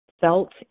felt